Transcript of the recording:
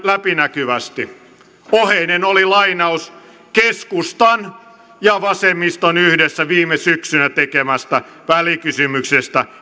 läpinäkyvästi oheinen oli lainaus keskustan ja vasemmiston yhdessä viime syksynä tekemästä välikysymyksestä